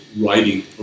writing